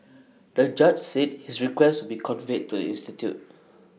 the judge said his request be conveyed to the institute